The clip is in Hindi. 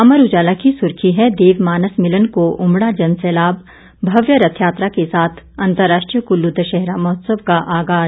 अमर उजाला की सुर्खी है देव मानस मिलन को उमड़ा जन सैलाब भव्य रथ यात्रा के साथ अंतर्राष्ट्रीय कुल्लू दशहरा महोसत्सव का आगाज